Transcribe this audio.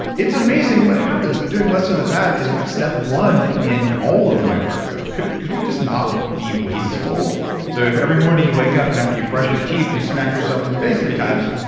it's amazing what happens. but doing less of the bad is step one in all of my work. it's like could could we just not be wasteful so if every morning you wake up and after you brush your teeth you smack yourself in the face three times,